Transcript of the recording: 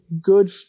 good